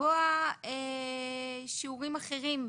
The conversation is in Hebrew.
לקבוע שיעורים אחרים,